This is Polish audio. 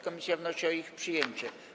Komisja wnosi o ich przyjęcie.